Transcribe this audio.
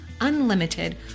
unlimited